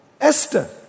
Esther